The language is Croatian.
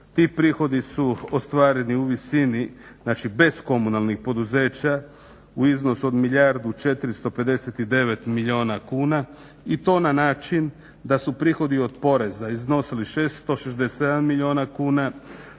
Ti prihodi su ostvareni u visini znači bez komunalnih poduzeća u iznosu od milijardu 459 milijuna kuna i to na način da su prihodi od poreza iznosili 667 milijuna kuna,